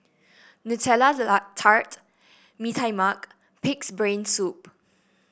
Nutella Tart Mee Tai Mak pig's brain soup